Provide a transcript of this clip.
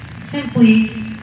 simply